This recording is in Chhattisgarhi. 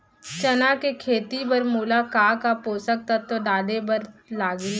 चना के खेती बर मोला का का पोसक तत्व डाले बर लागही?